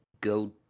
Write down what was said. go